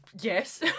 yes